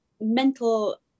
mental